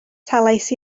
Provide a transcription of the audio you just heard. talais